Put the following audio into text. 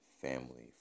family